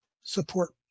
support